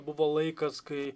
buvo laikas kai